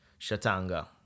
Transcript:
shatanga